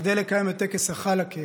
כדי לקיים את טקס החלאקה,